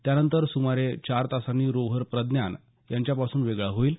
त्यानंतर सुमारे चार तासांनी रोव्हर प्रज्ञान त्यांच्यापासून वेगळा होईल